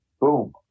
boom